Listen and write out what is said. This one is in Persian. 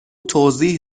توضیح